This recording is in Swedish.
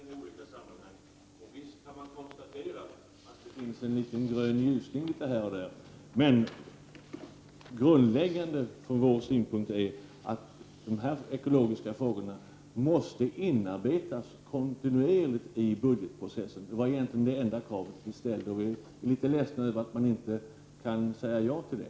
Herr talman! Visst läser jag vad finansutskottet i olika sammanhang skriver i sina betänkanden. Och visst kan man konstatera att det finns en liten grön ljusglimt här och där. Men det grundläggande från vår synpunkt är att dessa ekologiska frågor måste inarbetas kontinuerligt i budgetprocessen. Det var egentligen det enda kravet vi ställde, och vi är litet ledsna över att utskottet inte kan säga ja till det.